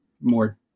more